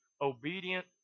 obedient